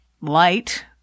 light